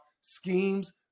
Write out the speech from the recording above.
schemes